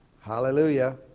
Hallelujah